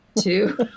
two